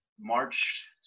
March